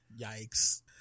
yikes